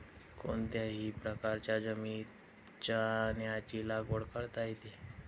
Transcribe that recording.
कोणत्याही प्रकारच्या जमिनीत चण्याची लागवड करता येते